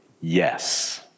Yes